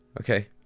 okay